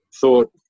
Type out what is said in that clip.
thought